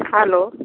hello